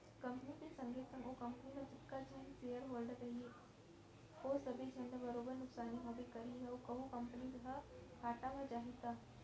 company के संगे संग ओ कंपनी म जतका झन सेयर होल्डर रइही ओ सबे झन ल बरोबर नुकसानी होबे करही कहूं कंपनी ह घाटा म जाही त